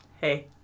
Hey